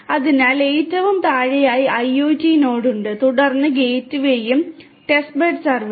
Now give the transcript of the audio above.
അതിനാൽ ഏറ്റവും താഴെയായി IoT നോഡ് ഉണ്ട് തുടർന്ന് ഗേറ്റ്വേയും ടെസ്റ്റ്ബെഡ് സെർവറും